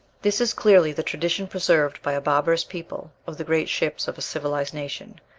this is clearly the tradition preserved by a barbarous people of the great ships of a civilized nation,